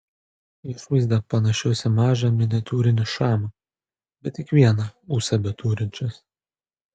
išvaizda panašios į mažą miniatiūrinį šamą bet tik vieną ūsą beturinčios